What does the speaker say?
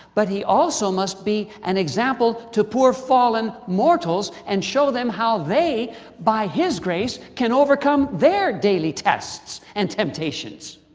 but he also must be an example to poor fallen mortals, and show them how they by his grace can overcome their daily tests and temptations.